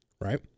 right